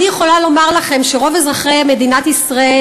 אני יכולה לומר לכם שרוב אזרחי מדינת ישראל